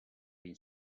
been